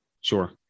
Sure